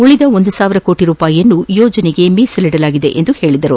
ಉಳಿದ ಒಂದು ಸಾವಿರ ಕೋಟಿ ರೂಪಾಯಿ ಅನ್ನು ಯೋಜನೆಗೆ ಮೀಸಲಿಡಲಾಗಿದೆ ಎಂದು ಹೇಳಿದರು